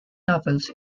novels